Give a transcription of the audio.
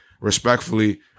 respectfully